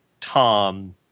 Tom –